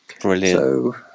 Brilliant